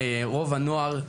רוב הנוער,